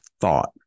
thought